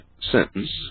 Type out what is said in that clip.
sentence